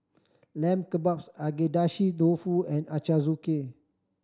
Lamb Kebabs Agedashi Dofu and Ochazuke